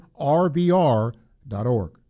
rbr.org